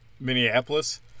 Minneapolis